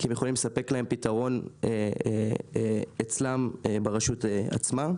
כי הם יכולים לספק להן פיתרון ברשות עצמה.